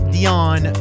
Dion